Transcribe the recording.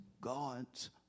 God's